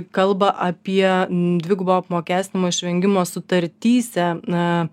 kalba apie dvigubo apmokestinimo išvengimo sutartyse na